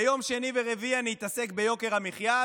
ביום שני ורביעי אני אתעסק ביוקר המחיה,